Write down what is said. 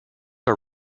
are